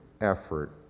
effort